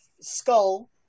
skull